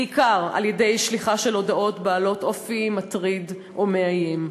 בעיקר על-ידי שליחה של הודעות בעלות אופי מטריד או מאיים.